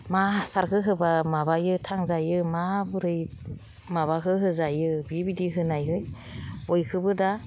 मा हासारखौ होबा माबायो थांजायो माबोरै माबाखौ होजायो बिबायदि होनायै बयखौबो दा